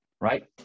Right